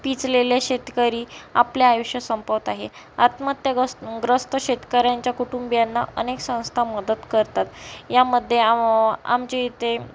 पिचलेले शेतकरी आपले आयुष्य संपवताहेत आत्महत्याग्र ग्रस्त शेतकऱ्यांच्या कुटुंबियांना अनेक संस्था मदत करतात यामध्ये आं आमची ते